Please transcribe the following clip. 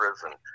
prison